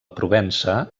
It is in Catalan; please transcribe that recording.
provença